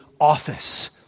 office